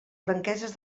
franqueses